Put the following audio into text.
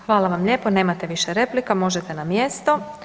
Hvala vam lijepo, nemate više replika, možete na mjesto.